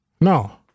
no